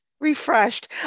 refreshed